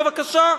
בבקשה,